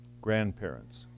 Grandparents